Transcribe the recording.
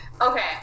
okay